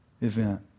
event